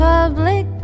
public